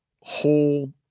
whole